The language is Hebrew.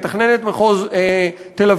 מתכננת מחוז תל-אביב,